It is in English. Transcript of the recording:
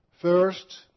First